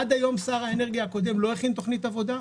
עד היום שר האנרגיה הקודם לא הכין תוכנית עבודה.